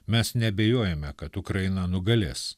mes neabejojame kad ukraina nugalės